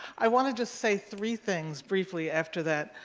i want to just say three things briefly after that.